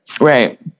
Right